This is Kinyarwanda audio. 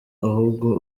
ahubwo